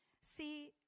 See